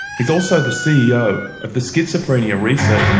he's also the ceo of the schizophrenia research